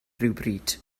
rhywbryd